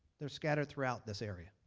they are scattered throughout this area.